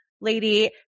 lady